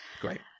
great